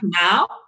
now